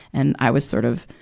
and i was sort of,